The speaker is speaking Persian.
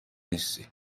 نیستی